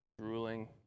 drooling